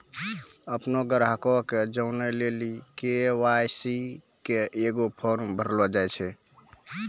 अपनो ग्राहको के जानै लेली के.वाई.सी के एगो फार्म भरैलो जाय छै